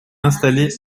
installé